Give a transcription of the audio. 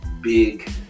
big